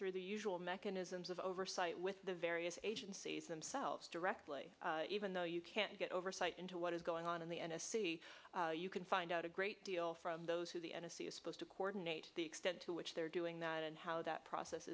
through the usual mechanisms of oversight with the various agencies themselves directly even though you can't get oversight into what is going on the n s c you can find out a great deal from those who the n s a is supposed to coordinate the extent to which they're doing that and how that process